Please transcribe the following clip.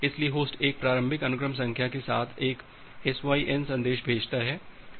इसलिए host A प्रारंभिक अनुक्रम संख्या के साथ एक SYN संदेश भेजता है